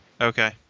Okay